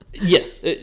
yes